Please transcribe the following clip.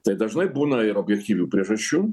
tai dažnai būna ir objektyvių priežasčių